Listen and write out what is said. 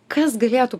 kas galėtų